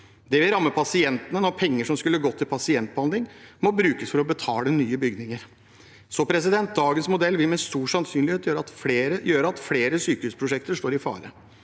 Det vil ramme pasientene når penger som skulle gått til pasientbehandling, må brukes for å betale nye bygninger. Dagens modell vil med stor sannsynlighet gjøre at flere sykehusprosjekter står i fare.